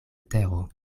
tero